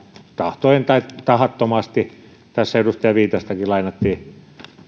tahtoen tai tahattomasti tässä edustaja viitastakin lainattiin